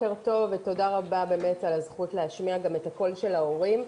בוקר טוב ותודה רבה באמת על הזכות להשמיע גם את הקול של ההורים.